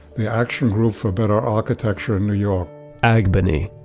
the action group for better architecture in new york agbany,